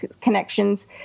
connections